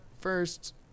first